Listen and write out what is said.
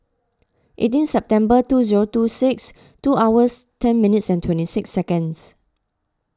eighteen September two zero two six two hours ten minutes and twenty six seconds